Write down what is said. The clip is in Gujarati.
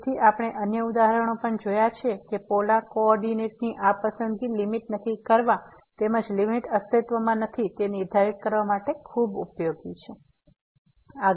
તેથી આપણે અન્ય ઉદાહરણો પણ જોયા છે કે પોલાર કોઓર્ડિનેટની આ પસંદગી લીમીટ નક્કી કરવા તેમજ લીમીટ અસ્તિત્વમાં નથી તે નિર્ધારિત કરવા માટે ખૂબ ઉપયોગી છે